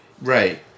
right